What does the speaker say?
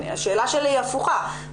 השאלה שלי היא הפוכה.